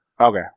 Okay